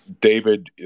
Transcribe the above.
David